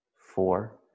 four